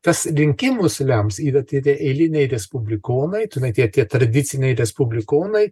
kas rinkimus lems yra tie tie eiliniai respublikonai tenai tie tie tradiciniai respublikonai